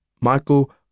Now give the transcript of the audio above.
Michael